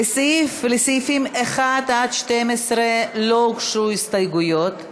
לסעיפים 1 12 לא הוגשו הסתייגויות,